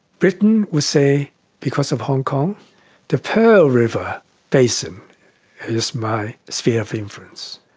britain would say because of hong kong the pearl river basin is my sphere of influence.